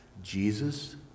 Jesus